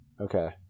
Okay